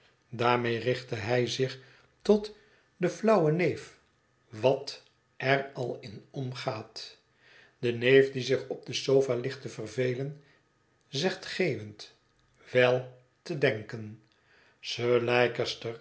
daarmede richt hij zich tot den flauwen neef wat er al in omgaat de neef die zich op de sofa ligt te vervelen zegt geeuwende wel te denken sir